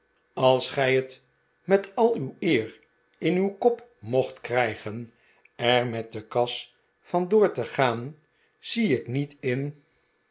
als gij het met al uw eer in uw kop mocht krijgen er met de kas vandoor te gaan zie ik niet in